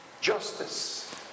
Justice